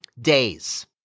days